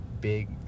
big